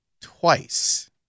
twice